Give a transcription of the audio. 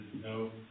no